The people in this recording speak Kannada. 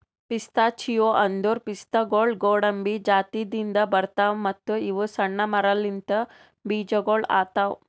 ಪಿಸ್ತಾಚಿಯೋ ಅಂದುರ್ ಪಿಸ್ತಾಗೊಳ್ ಗೋಡಂಬಿ ಜಾತಿದಿಂದ್ ಬರ್ತಾವ್ ಮತ್ತ ಇವು ಸಣ್ಣ ಮರಲಿಂತ್ ಬೀಜಗೊಳ್ ಆತವ್